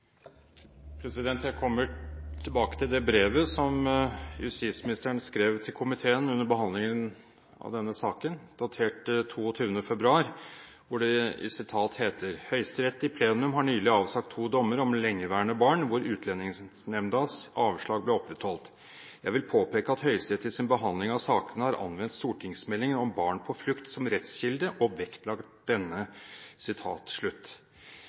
Jeg kommer tilbake til det brevet som justisministeren skrev til komiteen under behandlingen av denne saken, datert 22. februar, hvor det heter: «Høyesterett i plenum har nylig avsagt to dommer om lengeværende barn, hvor Utlendingsnemndas avslag ble opprettholdt. Jeg vil påpeke at Høyesterett i sin behandling av sakene har anvendt stortingsmeldingen om barn på flukt som rettskilde, og vektlagt denne.»